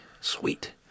Sweet